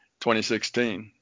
2016